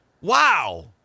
Wow